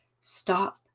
stop